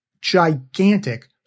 gigantic